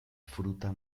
fruta